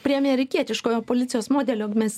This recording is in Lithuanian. prie amerikietiškojo policijos modelio mes